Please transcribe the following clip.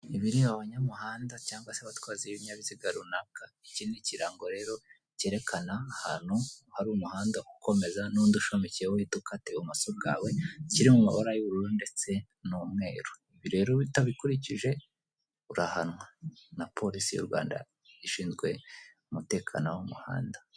Ibireba abanyamuhanda cyangwa se abatwazi b'inyabiziga runaka iki ni ikirango rero kerekana ahantu hari umuhanda ukomeza n'undi ushamikiyeho uhita ukatira ibumoso bwawe kiri mu mabara y'ubururu ndetse n'umweru, ibi rero iyo utabikurikije urahanwa na polisi y'u Rwanda ishinzwe umutekano wo mu muhanda.